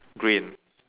green